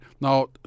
Now